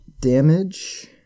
damage